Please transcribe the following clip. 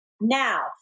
Now